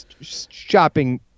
shopping